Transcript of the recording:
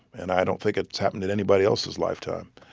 and i don't think it's happened in anybody else's lifetime.